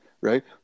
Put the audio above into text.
right